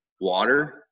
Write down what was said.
water